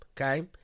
Okay